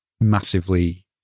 massively